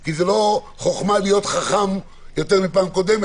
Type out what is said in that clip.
כי לא חוכמה להיות חכם יותר מפעם קודמת